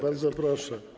Bardzo proszę.